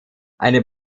eine